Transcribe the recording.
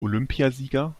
olympiasieger